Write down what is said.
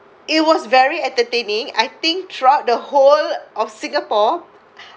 it was very entertaining I think throughout the whole of singapore